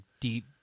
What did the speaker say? deep